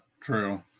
true